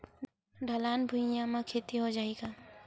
ढलान भुइयां म खेती हो जाही का?